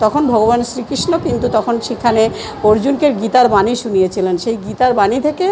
তখন ভগবান শ্রীকৃষ্ণ কিন্তু তখন সেখানে অর্জুনকে গীতার বাণী শুনিয়েছিলেন সেই গীতার বাণী থেকে